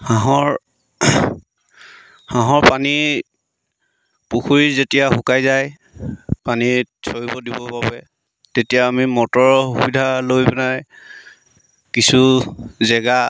হাঁহৰ হাঁহৰ পানী পুখুৰী যেতিয়া শুকাই যায় পানীত চৰিব দিবৰ বাবে তেতিয়া আমি মটৰৰ সুবিধা লৈ পেলাই কিছু জেগা